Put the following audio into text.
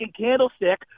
candlestick